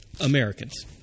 Americans